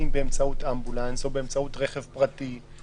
אם באמצעות אמבולנס או באמצעות רכב פרטי?